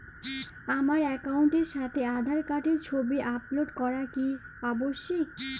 আমার অ্যাকাউন্টের সাথে আধার কার্ডের ছবি আপলোড করা কি আবশ্যিক?